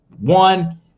one